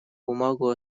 бумагу